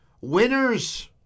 Winners